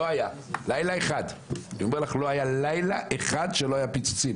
לא היה לילה אחד בו לא היו פיצוצים.